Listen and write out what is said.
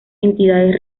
entidades